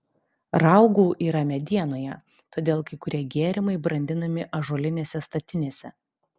raugų yra medienoje todėl kai kurie gėrimai brandinami ąžuolinėse statinėse